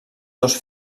dos